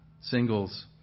singles